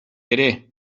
ere